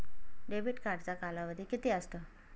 Debit कार्डचा कालावधी किती असतो?